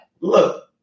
Look